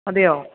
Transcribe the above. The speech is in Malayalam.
അതെയോ